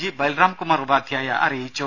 G Balram Kumar Upadhyaya അറിയിച്ചു